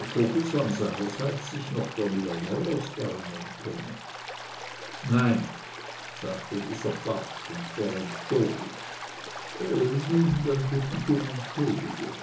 ob vogelsang seinerseits sich noch der milanollos erinnern könne nein sagte dieser barsch und peremptorisch nun dann bitt ich um entschuldigung